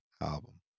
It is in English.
album